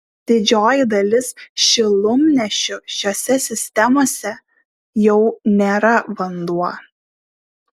didžioji dalis šilumnešių šiose sistemose jau nėra vanduo